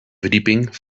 verdieping